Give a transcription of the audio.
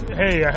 hey